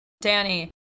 Danny